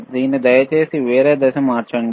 దీన్ని దయచేసి వేరే దిశ మార్చండి